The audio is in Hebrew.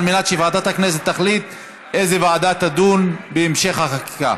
על מנת שוועדת הכנסת תחליט איזו ועדה תדון בהמשך החקיקה.